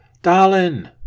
darling